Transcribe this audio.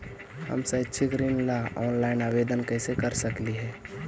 हम शैक्षिक ऋण ला ऑनलाइन आवेदन कैसे कर सकली हे?